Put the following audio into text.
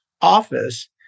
office